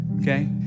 okay